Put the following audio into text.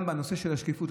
גם בנושא של השקיפות,